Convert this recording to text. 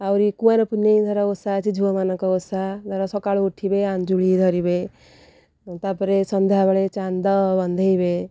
ଆହୁରି କୁଆଁର ପୁନେଇଁ ଧର ଓଷା ଅଛି ଝିଅମାନଙ୍କ ଓଷା ଧର ସକାଳୁ ଉଠିବେ ଆଞ୍ଜୁଳି ଧରିବେ ତା'ପରେ ସନ୍ଧ୍ୟାବେଳେ ଚାନ୍ଦ ବନ୍ଦାଇବେ